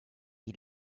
you